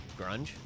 Grunge